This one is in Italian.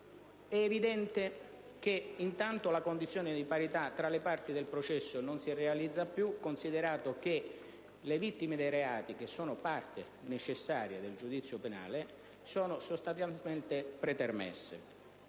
È evidente innanzi tutto che la condizione di parità tra le parti del processo non si realizza più, considerato che le vittime dei reati - che sono parte necessaria del giudizio penale - sono sostanzialmente pretermesse.